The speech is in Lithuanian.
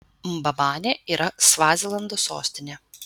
mbabanė yra svazilando sostinė